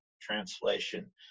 translation